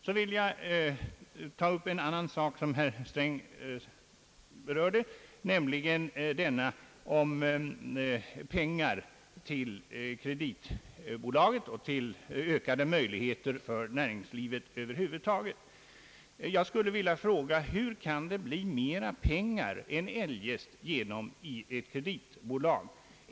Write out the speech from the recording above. Så vill jag ta upp en annan sak, som herr Sträng berörde, talet om pengar till kreditbolag och ökade möjligheter för näringslivet över huvud taget. Jag skulle vilja fråga: Hur kan det bli mera pengar än eljest genom ett kreditbolag?